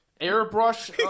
Airbrush